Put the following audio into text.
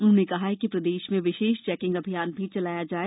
उन्होंने कहा कि प्रदेश में विशेष चेकिंग अभियान भी चलाया जाये